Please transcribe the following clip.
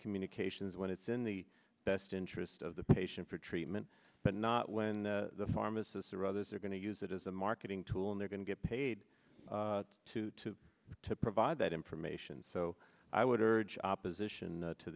communications when it's in the best interest of the patient for treatment but not when the pharmacists or others are going to use it as a marketing tool and they're going to get paid to to to provide that information so i would urge opposition to